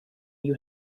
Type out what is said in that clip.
you